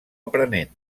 aprenent